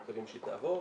מקווים שהיא תעבור,